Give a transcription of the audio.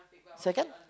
second